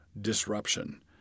disruption